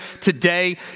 today